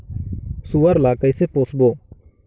सुअर ला कइसे पोसबो?